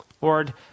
Lord